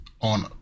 on